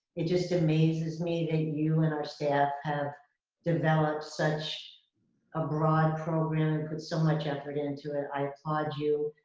it just amazes me that you and our staff have developed such a broad program and put so much effort into it. i applaud you.